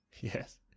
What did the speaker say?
Yes